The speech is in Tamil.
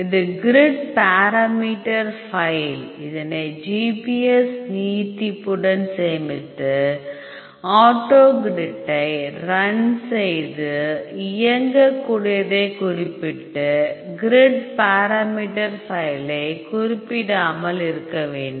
இது கிரிட் பாராமீட்டர் ஃபைல் இதனை GPF நீட்டிப்புடன் சேமித்து ஆட்டோகிரிட்டை ரன் செய்து இயங்கக்கூடியதை குறிப்பிட்டு கிரிட் பாராமீட்டர் ஃபைலை குறிப்பிடாமல் இருக்க வேண்டும்